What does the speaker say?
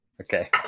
Okay